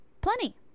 plenty